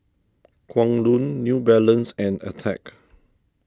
Kwan Loong New Balance and Attack